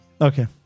Okay